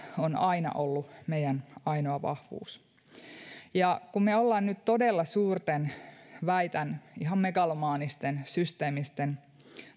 on aina ollut meidän ainoa vahvuus kun me olemme nyt todella suurten väitän ihan megalomaanisten systeemisten